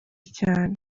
cyane